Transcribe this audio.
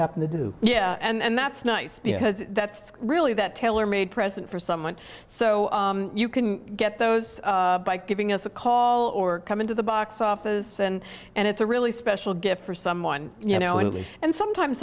have to do yeah and that's nice because that's really that tailor made present for someone so you can get those by giving us a call or come into the box office and and it's a really special gift for someone you know and sometimes